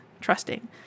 trusting